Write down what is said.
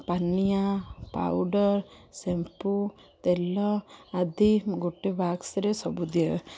ପାନିଆ powder shampoo ତେଲ ଆଦି ଗୋଟେ ବାକ୍ସରେ ସବୁ ଦିଏ